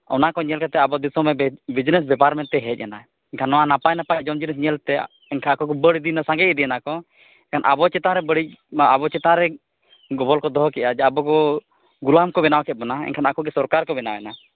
ᱚᱱᱟ ᱠᱚ ᱧᱮᱞ ᱠᱟᱛᱮᱫ ᱟᱵᱚ ᱫᱤᱥᱚᱢ ᱦᱟᱹᱵᱤᱡ ᱵᱤᱡᱱᱮᱥ ᱵᱮᱯᱟᱨ ᱢᱮᱱᱛᱮᱭ ᱦᱮᱡ ᱮᱱᱟ ᱮᱱᱠᱷᱟᱱ ᱱᱟᱯᱟᱭ ᱱᱟᱯᱟᱭ ᱡᱚᱢ ᱡᱤᱱᱤᱥ ᱧᱮᱞᱛᱮ ᱟᱠᱚ ᱠᱚ ᱵᱟᱹᱲ ᱤᱫᱤᱭᱮᱱᱟ ᱥᱟᱸᱜᱮ ᱤᱫᱤᱭᱮᱱᱟ ᱠᱚ ᱮᱱᱠᱷᱟᱱ ᱟᱵᱚ ᱪᱮᱛᱟᱱ ᱨᱮ ᱵᱟᱹᱲᱤᱡ ᱱᱚᱣᱟ ᱟᱵᱚ ᱪᱮᱛᱟᱱ ᱨᱮ ᱜᱚᱵᱚᱞ ᱠᱚ ᱫᱚᱦᱚ ᱠᱮᱜᱼᱟ ᱡᱮ ᱟᱵᱚ ᱠᱚ ᱜᱚᱞᱟᱢ ᱠᱚ ᱵᱮᱱᱟᱣ ᱠᱮᱜ ᱵᱚᱱᱟ ᱮᱱᱠᱷᱟᱱ ᱟᱠᱚ ᱜᱮ ᱥᱚᱨᱠᱟᱨ ᱠᱚ ᱵᱮᱱᱟᱣᱮᱱᱟ